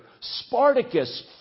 Spartacus